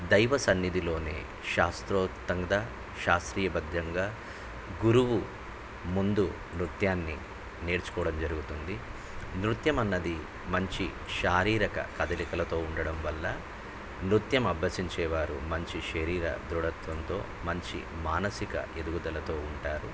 దైవసన్నిధిలోని శాస్త్రోత్తంగా శాస్త్రీయబద్దంగా గురువు ముందు నృత్యాన్ని నేర్చుకోవడం జరుగుతుంది నృత్యం అన్నది మంచి శారీరక కదలికలతో ఉండడం వల్ల నృత్యం అభ్యసించేవారు మంచి శరీర దృఢత్వంతో మంచి మానసిక ఎదుగుదలతో ఉంటారు